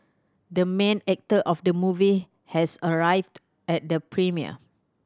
the main actor of the movie has arrived at the premiere